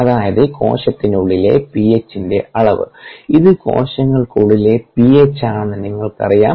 അതായത് കോശത്തിനുള്ളിലെ പിഎച്ചിന്റെ അളവ് ഇത് കോശങ്ങൾക്കുള്ളിലെ പിഎച്ച് ആണെന്ന് നിങ്ങൾക്കറിയാം